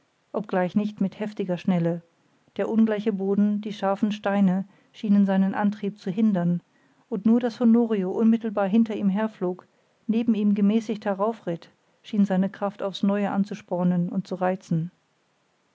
obgleich nicht mit heftiger schnelle der ungleiche boden die scharfen steine schienen seinen antrieb zu hindern und nur daß honorio unmittelbar hinter ihm herflog neben ihm gemäßigt heraufritt schien seine kraft aufs neue anzuspornen und zu reizen